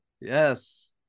Yes